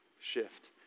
shift